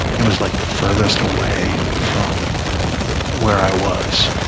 it was, like, the furthest away from where i was.